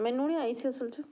ਮੈਨੂੰ ਨਹੀਂ ਆਈ ਸੀ ਅਸਲ 'ਚ